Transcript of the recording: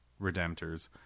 redemptors